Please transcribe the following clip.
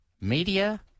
Media